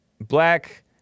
black